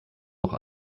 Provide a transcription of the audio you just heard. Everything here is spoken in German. noch